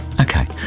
Okay